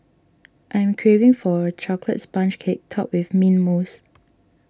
I am craving for a Chocolate Sponge Cake Topped with Mint Mousse